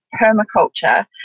permaculture